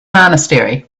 monastery